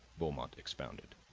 beaumont expounded.